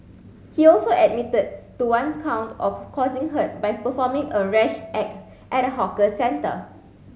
he also admitted to one count of causing hurt by performing a rash act at a hawker centre